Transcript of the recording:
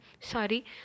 sorry